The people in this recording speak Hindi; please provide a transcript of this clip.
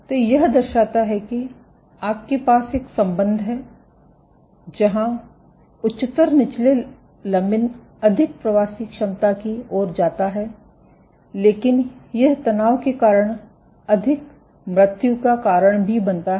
तो यह दर्शाता है कि आपके पास एक संबंध है जहां उच्चतर निचले लमिन अधिक प्रवासी क्षमता की ओर जाता है लेकिन यह तनाव के कारण अधिक मृत्यु का कारण भी बनता है